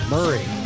Murray